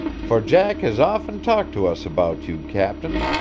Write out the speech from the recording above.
for jack has often talked to us about you, captain.